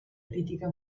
critica